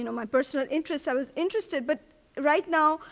you know my personal interest i was interested. but right now,